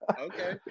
okay